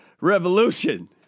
revolution